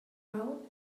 grow